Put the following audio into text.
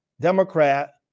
Democrat